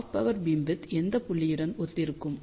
half power beamwidth எந்த புள்ளியுடன் ஒத்திருக்கும்